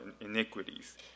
iniquities